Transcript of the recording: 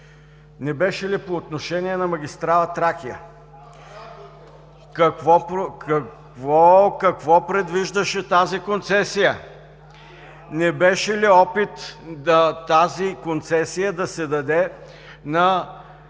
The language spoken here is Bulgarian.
Не беше ли по отношение на магистрала „Тракия“? Какво предвиждаше тази концесия? Не беше ли опит тази концесия да се даде на